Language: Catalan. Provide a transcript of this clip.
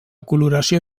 coloració